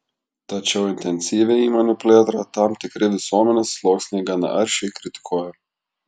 tačiau intensyvią įmonių plėtrą tam tikri visuomenės sluoksniai gana aršiai kritikuoja